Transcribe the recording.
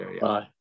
Bye